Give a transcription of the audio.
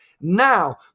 Now